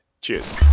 cheers